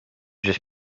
just